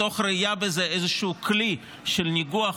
מתוך ראייה בזה כאיזשהו כלי של ניגוח